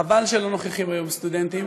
חבל שלא נוכחים היום סטודנטים.